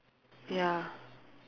ya